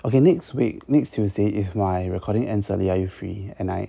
okay next week next tuesday if my recording ends early are you free at night